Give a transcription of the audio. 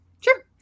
sure